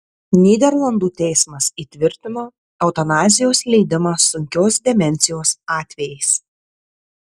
nyderlandų teismas įtvirtino eutanazijos leidimą sunkios demencijos atvejais